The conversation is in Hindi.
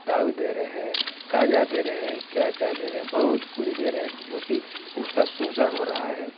दारू दे रहे हैं काजल दे रहे हैं क्या क्या दे रहे हैं बहुत कुछ दे रहे हैं जो कि उसका सूजन हो रहा है